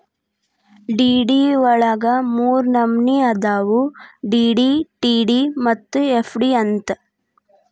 DD ವಳಗ ಮೂರ್ನಮ್ನಿ ಅದಾವು ಡಿ.ಡಿ, ಟಿ.ಡಿ ಮತ್ತ ಎಫ್.ಡಿ ಅಂತ್